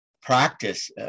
practice